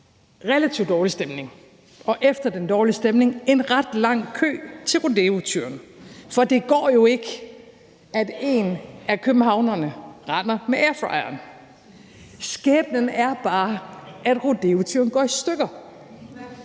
relativt dårlig stemning, og efter den dårlige stemning en ret lang kø til rodeotyren, for det går jo ikke, at en af københavnerne render med airfryeren. Skæbnen er bare, at rodeotyren går i stykker.